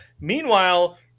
Meanwhile